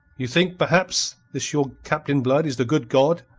you think, perhaps, this your captain blood is the good god.